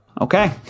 Okay